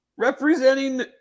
representing